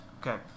Okay